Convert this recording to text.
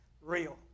real